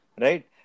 right